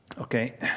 okay